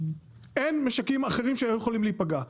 אין משקים אחרים שהיו יכולים להיפגע.